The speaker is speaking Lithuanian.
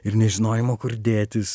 ir nežinojimo kur dėtis